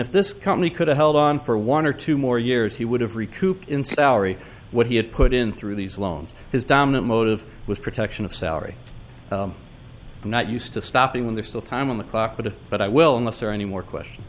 if this company could have held on for one or two more years he would have recouped in salary what he had put in through these loans his dominant motive was protection of salary not used to stopping when there's still time on the clock but it but i will not serve any more question